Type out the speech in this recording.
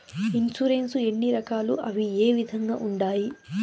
insurance ఎన్ని రకాలు అవి ఏ విధంగా ఉండాయి